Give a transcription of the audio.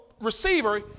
receiver